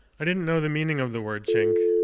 i didn't know the meaning of the word chink,